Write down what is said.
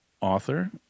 author